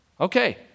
Okay